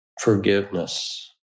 forgiveness